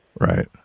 right